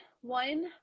One